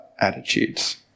attitudes